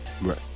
right